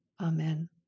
Amen